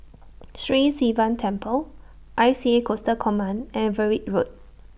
Sri Sivan Temple I C A Coastal Command and Everitt Road